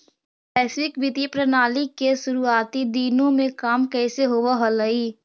वैश्विक वित्तीय प्रणाली के शुरुआती दिनों में काम कैसे होवअ हलइ